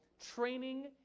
training